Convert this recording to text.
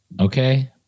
Okay